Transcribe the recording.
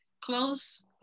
close